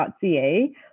ca